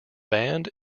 band